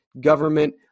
government